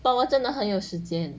but 我真的很有时间